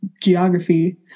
geography